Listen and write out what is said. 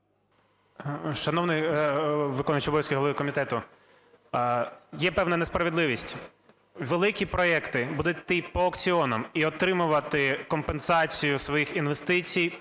Шановний виконуючий обов'язки голови комітету, є певна несправедливість. Великі проекти будуть йти по аукціонах і отримувати компенсацію своїх інвестицій